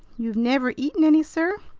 you've never eaten any, sir?